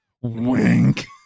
Wink